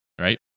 Right